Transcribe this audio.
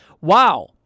Wow